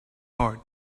heart